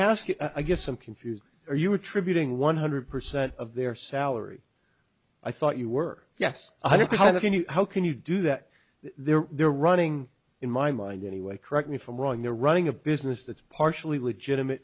you i guess i'm confused are you attribute ing one hundred percent of their salary i thought you were yes one hundred percent can you how can you do that they're they're running in my mind anyway correct me if i'm wrong they're running a business that's partially legitimate